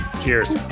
Cheers